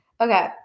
Okay